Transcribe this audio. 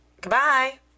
Goodbye